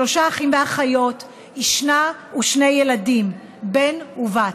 שלושה אחים ואחיות, אישה ושני ילדים, בן ובת,